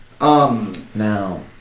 Now